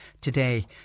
today